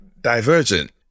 divergent